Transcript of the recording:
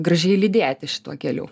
gražiai lydėti šituo keliu